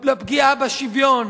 לפגיעה בשוויון,